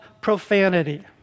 profanity